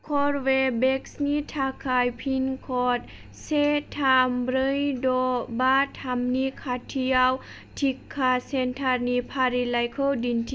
कर्वेभेक्सनि थाखाय pin code से थाम ब्रै द' बा थामनि खाथिआव टिका सेन्टारनि फारिलाइखौ दिन्थि